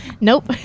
nope